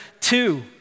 two